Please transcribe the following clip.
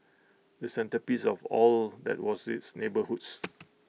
the centrepiece of all that was its neighbourhoods